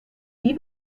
wie